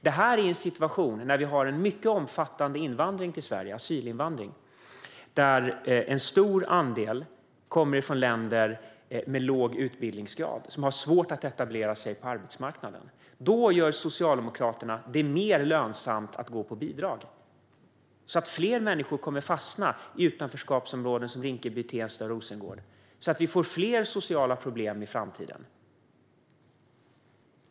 Detta i en situation när vi har mycket omfattande invandring till Sverige, asylinvandring, där en stor andel kommer från länder med låg utbildningsgrad och har svårt att etablera sig på arbetsmarknaden. Då gör Socialdemokraterna det mer lönsamt att gå på bidrag så att fler människor kommer att fastna i utanförskapsområden som Rinkeby, Tensta och Rosengård och vi får fler sociala problem i framtiden.